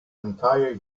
entire